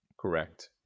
Correct